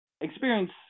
Experience